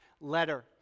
letter